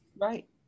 right